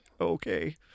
okay